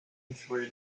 instead